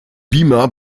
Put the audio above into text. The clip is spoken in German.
beamer